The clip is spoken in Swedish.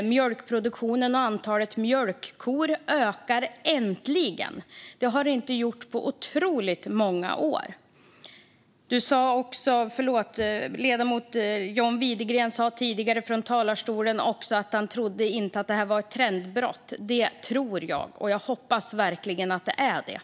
Och mjölkproduktionen och antalet mjölkkor ökar äntligen. Det har de inte gjort på otroligt många år. Ledamoten John Widegren sa också i talarstolen tidigare att han inte tror att det här är ett trendbrott. Det tror jag. Och jag hoppas verkligen att det är det.